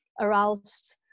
aroused